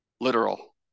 literal